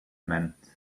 meant